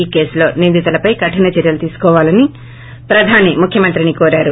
ఈ కేసులో నిందితులపై కఠిన చర్యలు తీసుకోవాలని ప్రధాని ముఖ్యమంత్రిని కోరారు